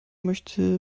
möchte